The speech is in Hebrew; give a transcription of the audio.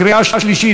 קריאה שלישית,